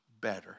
better